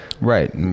right